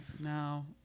No